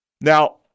Now